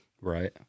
right